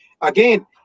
again